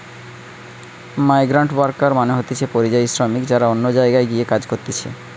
migrant worker মানে হতিছে পরিযায়ী শ্রমিক যারা অন্য জায়গায় গিয়ে কাজ করতিছে